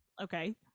Okay